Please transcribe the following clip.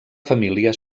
família